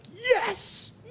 yes